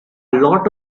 lot